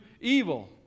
evil